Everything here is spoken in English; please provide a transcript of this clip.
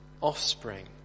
offspring